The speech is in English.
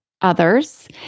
others